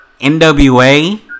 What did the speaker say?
NWA